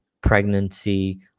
pregnancy